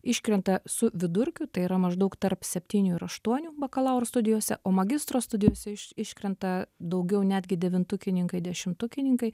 iškrenta su vidurkiu tai yra maždaug tarp septynių ir aštuonių bakalauro studijose o magistro studijose iš iškrenta daugiau netgi devintukininkai dešimtukininkai